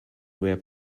were